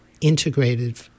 integrated